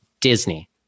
Disney